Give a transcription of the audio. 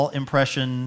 impression